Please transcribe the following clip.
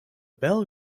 bell